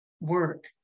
work